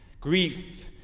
Grief